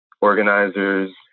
organizers